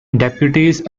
deputies